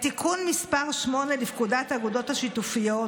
את תיקון מס' 8 לפקודת האגודות השיתופיות